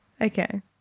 Okay